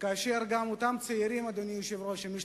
כאשר גם אותם צעירים שמשתתפים